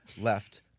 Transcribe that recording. Left